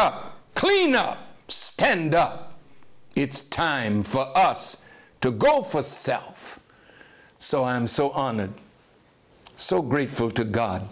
up clean up end up it's time for us to go for self so i'm so on and so grateful to god